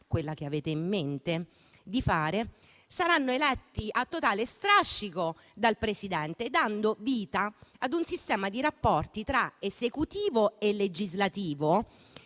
quella che avete in mente di fare, saranno eletti a totale strascico del Presidente, dando vita ad un sistema di rapporti tra potere esecutivo e legislativo